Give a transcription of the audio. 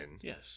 Yes